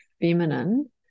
feminine